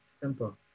simple